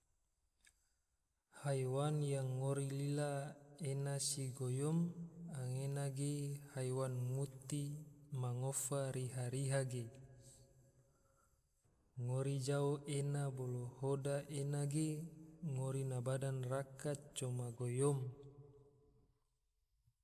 Haiwan yang ngori lila ena si goyom, anggena ge haiwan nguti ma ngofa riha-riha ge, ngori jau ena bolo hoda ena ge, ngori bada raka coma goyom